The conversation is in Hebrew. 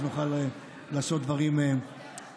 אז נוכל לעשות דברים אחרים.